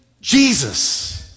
Jesus